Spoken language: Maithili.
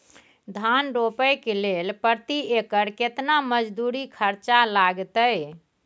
धान रोपय के लेल प्रति एकर केतना मजदूरी खर्चा लागतेय?